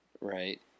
Right